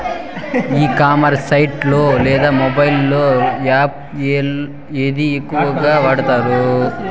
ఈ commerce site లో లేదా మొబైల్ యాప్ లో ఏది ఎక్కువగా వాడుతారు?